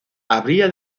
habría